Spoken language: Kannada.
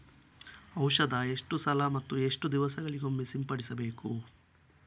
ಔಷಧ ಎಷ್ಟು ಸಲ ಮತ್ತು ಎಷ್ಟು ದಿವಸಗಳಿಗೊಮ್ಮೆ ಸಿಂಪಡಿಸಬೇಕು?